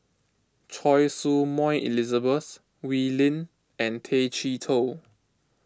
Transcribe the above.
Choy Su Moi Elizabeth Wee Lin and Tay Chee Toh